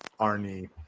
Arnie